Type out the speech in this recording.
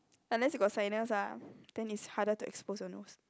unless you got sinus ah then it's harder to expose your nose